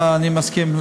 אני מסכים.